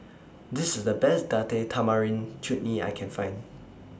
This IS The Best Date Tamarind Chutney that I Can Find